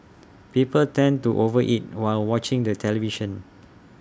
people tend to over eat while watching the television